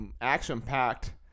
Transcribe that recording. action-packed